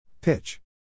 Pitch